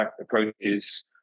approaches